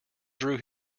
drew